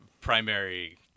primary